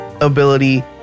ability